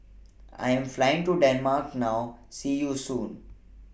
I Am Flying to Denmark now See YOU Soon